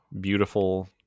Beautiful